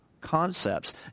concepts